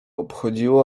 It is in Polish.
obchodziło